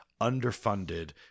underfunded